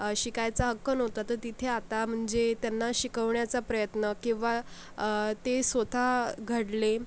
शिकायचा हक्क नव्हता तर तिथे आता म्हणजे त्यांना शिकवण्याचा प्रयत्न किंवा ते स्वत घडले